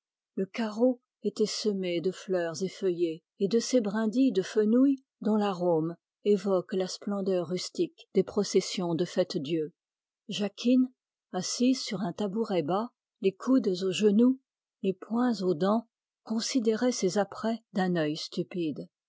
le carreau était semé de fleurs effeuillées et de ces brindilles de fenouil dont l'arôme évoque la splendeur rustique des processions de fête-dieu jacquine assise sur un tabouret bas les coudes aux genoux les poings aux dents considérait ces apprêts d'un œil stupide